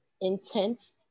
intense